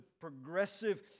progressive